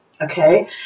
okay